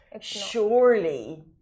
surely